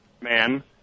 man